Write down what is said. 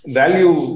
value